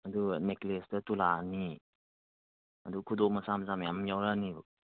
ꯑꯗꯨꯒ ꯅꯦꯛꯀ꯭ꯂꯦꯁꯇ ꯇꯨꯂꯥ ꯑꯅꯤ ꯑꯗꯨ ꯈꯨꯗꯣꯞ ꯃꯆꯥ ꯃꯆꯥ ꯃꯌꯥꯝ ꯌꯥꯎꯔꯛꯑꯅꯤꯕ